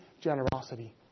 generosity